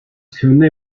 könne